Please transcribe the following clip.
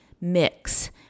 mix